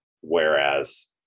whereas